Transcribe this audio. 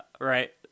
Right